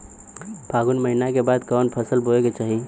फागुन महीना के बाद कवन फसल बोए के चाही?